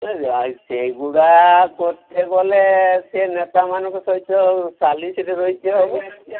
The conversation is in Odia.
ସେଗୁଡ଼ା କରିତେ ଗଲେ ସେ ନେତାମାନଙ୍କ ସହିତ ସାଲିସରେ ରହିତେ ହେବ